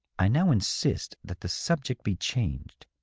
i now insist that the sub ject be changed,